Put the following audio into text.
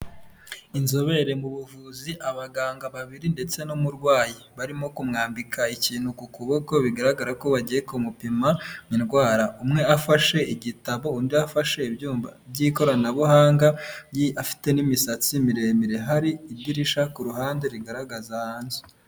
Inzobere mu buvuzi abaganga babiri ndetse n'umurwayi, barimo kumwambika ikintu ku kuboko bigaragara ko bagiye kumupima indwara, umwe afashe igitabo undi afashe ibyuma by'ikoranabuhanga afite n'imisatsi miremire hari idirisha ku ruhande rigaragaza hanze.